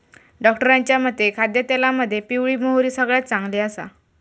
डॉक्टरांच्या मते खाद्यतेलामध्ये पिवळी मोहरी सगळ्यात चांगली आसा